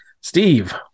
Steve